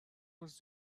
was